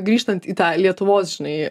grįžtant į tą lietuvos žinai